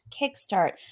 kickstart